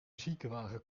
ziekenwagen